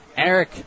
Eric